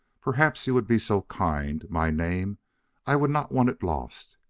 perhaps you would be so kind my name i would not want it lost.